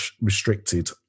restricted